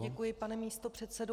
Děkuji, pane místopředsedo.